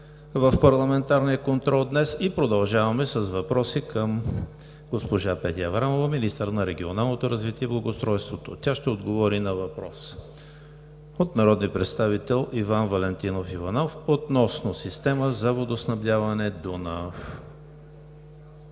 в парламентарния контрол днес. Продължаваме с въпроси към госпожа Петя Аврамова – министър на регионалното развитие и благоустройството. Тя ще отговори на въпрос от народния представител Иван Валентинов Иванов относно система за водоснабдяване „Дунав“.